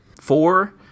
four